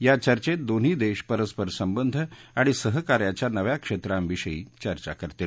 या चर्चेत दोन्ही देश परस्पर संबध आणि सहकार्याच्या नव्या क्षेत्रांविषयी चर्चा करतील